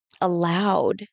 allowed